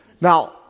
Now